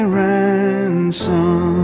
ransom